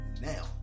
now